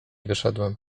wyszedłem